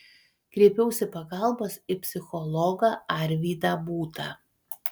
kreipiausi pagalbos į psichologą arvydą būtą